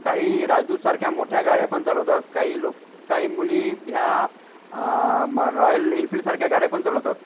काही राजदूतसारख्या मोठ्या गाड्या पण चालवतात काही लोक काही मुली ह्या रॉयल एन्फिल्डसारख्या गाड्या पण चालवतात